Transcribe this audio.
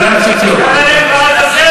אללה לא שלך.) אללהו אכבר.